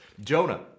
Jonah